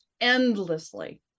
endlessly